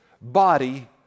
body